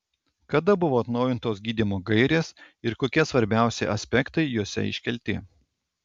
kada buvo atnaujintos gydymo gairės ir kokie svarbiausi aspektai jose iškelti